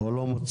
או לא מוצלח.